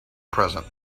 present